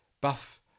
buff